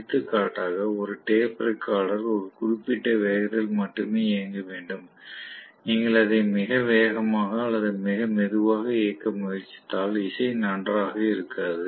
எடுத்துக்காட்டாக ஒரு tape recorder ஒரு குறிப்பிட்ட வேகத்தில் மட்டுமே இயங்க வேண்டும் நீங்கள் அதை மிக வேகமாக அல்லது மிக மெதுவாக இயக்க முயற்சித்தால் இசை நன்றாக இருக்காது